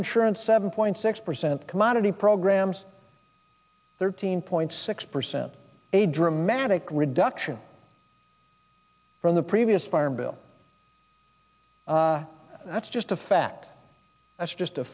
insurance seven point six percent commodity programs thirteen point six percent a dramatic reduction from the previous farm bill that's just a fact that's just a